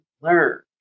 learn